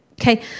Okay